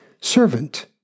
servant